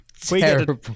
terrible